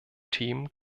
themen